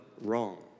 wrong